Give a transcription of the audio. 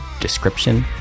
description